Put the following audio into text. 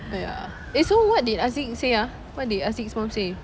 ya eh so what did aziq say ah what did aziq's mum say